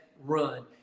run